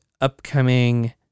upcoming